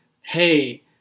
hey